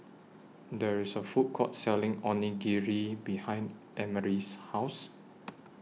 There IS A Food Court Selling Onigiri behind Emery's House